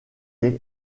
est